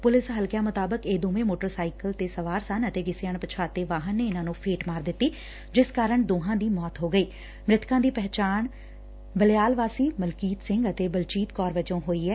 police ਹਲਕਿਆਂ ਮੁਤਾਬਿਕ ਇਹ ਦੋਵੇਂ ਸੋਟਰ ਸਾਇਕਲ ਤੇ ਸਵਾਰ ਸਨ ਅਤੇ ਕਿਸੇ ਅਣਪਛਾਤੇ ਵਾਹਨ ਨੇ ਇਨੂਾਂ ਨੂੰ ਫੇਟ ਮਾਰ ਦਿੱਤੀ ਜਿਸ ਕਾਰਨ ਦੋਹਾਂ ਦੀ ਮੌਤ ਹੋ ਗਈ ਮ੍ਰਿਤਕਾਂ ਦੀ ਪਹਿਚਾਣ ਬਲਿਆਲ ਵਾਸੀ ਮਲਕੀਤ ਸਿੰਘ ਅਤੇ ਬਲਜੀਤ ਕੌਰ ਵਜੋਂ ਹੋਈ ਐ